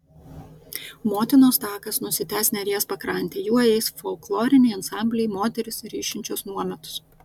motinos takas nusitęs neries pakrante juo eis folkloriniai ansambliai moterys ryšinčios nuometus